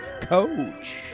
coach